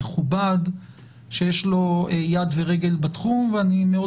מכובד שיש לו יד ורגל בתחום ואני מאוד